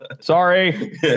Sorry